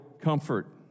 comfort